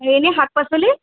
হেৰি নে শাক পাচলি